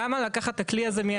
למה לקחת את הכלי הזה.